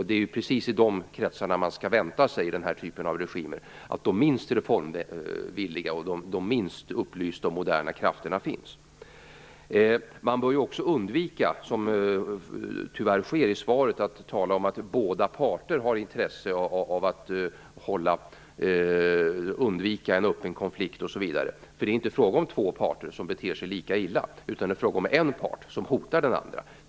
Det är precis i de kretsarna man skall vänta sig i den här typen av regimer att de minst reformvilliga, de minst upplysta och moderna krafterna finns. Man bör också undvika att tala om, som tyvärr görs i svaret, att båda parter har intresse av att undvika en öppen konflikt osv. Det är inte fråga om två parter som beter sig lika illa, utan det är en part som hotar den andra.